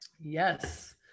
Yes